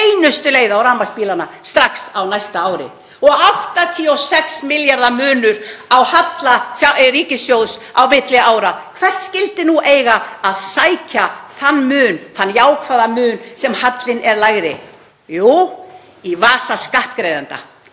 beinustu leið á rafmagnsbílana strax á næsta ári? Það er 86 milljarða munur á halla ríkissjóðs á milli ára. Hvert skyldi nú eiga að sækja þann mun, þann jákvæða mun sem hallinn er lægri um? Jú, í vasa skattgreiðenda.